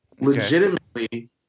legitimately